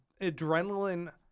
adrenaline